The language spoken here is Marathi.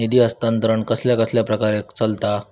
निधी हस्तांतरण कसल्या कसल्या प्रकारे चलता?